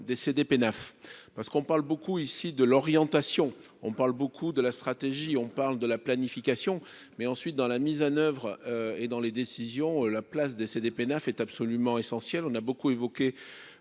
des Cdpenaf parce qu'on parle beaucoup ici de l'orientation. On parle beaucoup de la stratégie, on parle de la planification mais ensuite dans la mise en oeuvre et dans les décisions, la place des Cdpenaf est absolument essentiel. On a beaucoup évoqué.